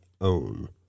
own